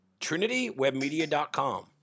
trinitywebmedia.com